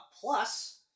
Plus